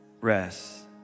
rest